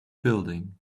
building